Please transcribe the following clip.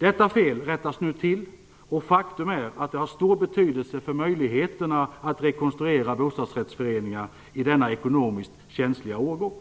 Detta fel rättas nu till, och faktum är att det har stor betydelse för möjligheterna att rekonstruera bostadsrättsföreningar i denna ekonomiskt känsliga årgång.